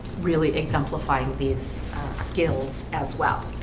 really exemplifying these skills as well